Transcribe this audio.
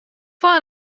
foar